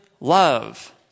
love